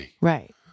Right